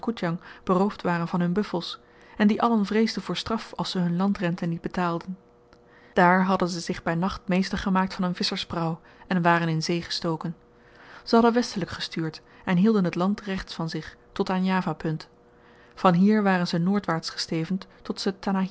beroofd waren van hun buffels en die allen vreesden voor straf als ze hun landrenten niet betaalden daar hadden ze zich by nacht meester gemaakt van een visschersprauw en waren in zee gestoken ze hadden westelyk gestuurd en hielden het land rechts van zich tot aan java punt vanhier waren zy noordwaarts gestevend